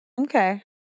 Okay